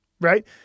right